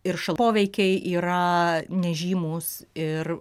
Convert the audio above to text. ir ša poveikiai yra nežymūs ir